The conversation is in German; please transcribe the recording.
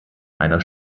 einer